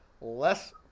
less